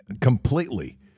completely